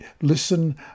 listen